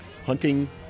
Hunting